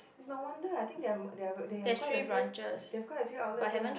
is no wonder I think their m~ they have quite a few they have quite a few outlets ya